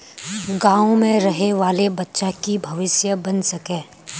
गाँव में रहे वाले बच्चा की भविष्य बन सके?